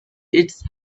its